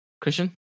Christian